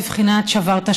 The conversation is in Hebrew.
בבחינת: שברת,